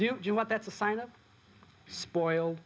do you want that's a sign of spoiled